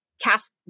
cast